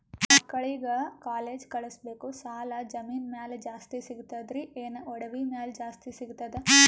ಮಕ್ಕಳಿಗ ಕಾಲೇಜ್ ಕಳಸಬೇಕು, ಸಾಲ ಜಮೀನ ಮ್ಯಾಲ ಜಾಸ್ತಿ ಸಿಗ್ತದ್ರಿ, ಏನ ಒಡವಿ ಮ್ಯಾಲ ಜಾಸ್ತಿ ಸಿಗತದ?